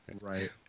Right